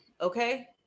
okay